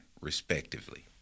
respectively